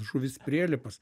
žuvis prielipas